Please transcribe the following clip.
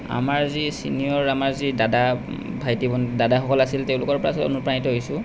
আমাৰ যি ছনিয়ৰ আমাৰ যি দাদা ভাইটি দাদাসকল আছিল তেওঁলোকৰ পৰা অনুপ্ৰাণিত হৈছোঁ